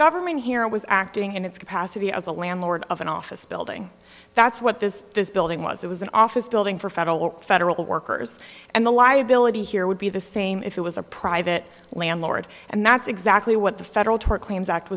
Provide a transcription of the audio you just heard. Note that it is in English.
government here was acting in its capacity as the landlord of an office building that's what this this building was it was an office building for federal or federal workers and the liability here would be the same if it was a private landlord and that's exactly what the federal tort claims act